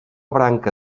branca